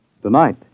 Tonight